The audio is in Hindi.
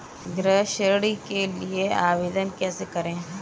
गृह ऋण के लिए आवेदन कैसे करें?